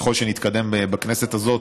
ככל שנתקדם בכנסת הזאת,